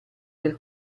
del